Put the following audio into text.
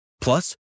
Plus